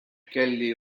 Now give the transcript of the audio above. kelly